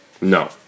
No